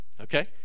okay